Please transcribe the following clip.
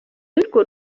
y’urwo